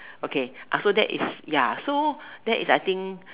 okay after that is ya so that is I think